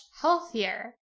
healthier